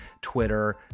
Twitter